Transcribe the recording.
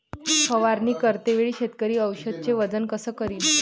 फवारणी करते वेळी शेतकरी औषधचे वजन कस करीन?